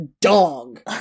dog